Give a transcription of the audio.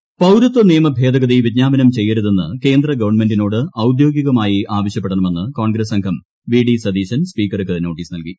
P D Satheesan പൌരത്വ നിയമ ഭേദഗതി വിജ്ഞാപനം ചെയ്യരുതെന്ന് കേന്ദ്ര ഗവൺമെന്റിനോട് ഔദ്യോഗികമായി ആവശ്യപ്പെടണമെന്ന് കോൺഗ്രസ് അംഗം വി ഡി സതീശൻ സ്പീക്കർക്ക് നോട്ടീസ് നൽകി